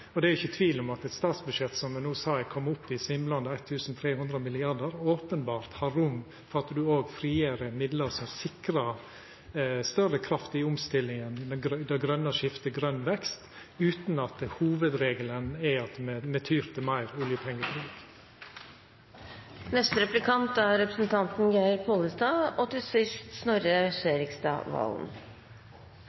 Og det er ikkje tvil om at eit statsbudsjett som no, som me sa, er kome opp i svimlande 1 300 mrd. kr, openbert har rom for òg å frigjera midlar som sikrar større kraft i omstillinga mot det grøne skiftet og grøn vekst, utan at hovudregelen er at me tyr til meir